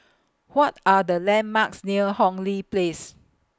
What Are The landmarks near Hong Lee Place